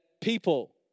people